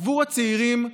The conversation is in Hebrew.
עבור הצעירים,